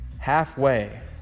halfway